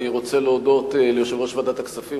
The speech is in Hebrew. אני רוצה להודות ליושב-ראש ועדת הכספים,